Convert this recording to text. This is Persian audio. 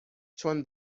چون